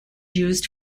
used